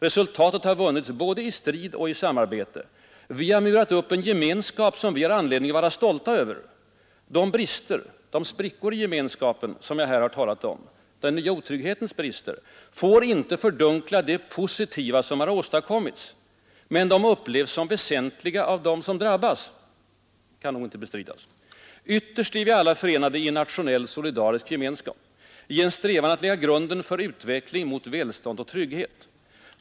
Resultatet har vunnits både i strid och i samarbete. Vi har murat upp en gemenskap som vi har anledning att vara stolta över. De brister de sprickor i gemenskapen -- som jag här talat om — den ”nya otrygghetens” brister får inte fördunkla det positiva som åstadkommits. Men de upplevs som väsentliga av dem som drabbas.” Detta kan väl inte bestridas! Jag sade vidare: ”Ytterst är vi alla förenade i en nationell solidarisk gemenskap. I en strävan att lägga grunden för utveckling mot välstånd och trygghet.